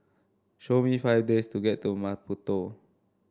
show me five this to get to Maputo